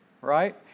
right